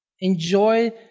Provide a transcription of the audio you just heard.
Enjoy